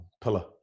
Pillar